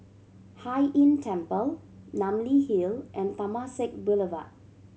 Hai Inn Temple Namly Hill and Temasek Boulevard